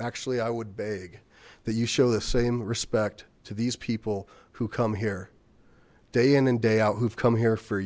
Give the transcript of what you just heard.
actually i would beg that you show the same respect to these people who come here day in and day out who've come here for